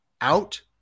out